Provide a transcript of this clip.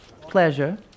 Pleasure